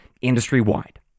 industry-wide